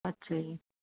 ਅੱਛਾ ਜੀ